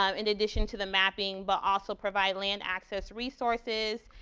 um in addition to the mapping, but also provide land-access resources,